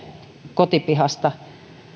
kotipihasta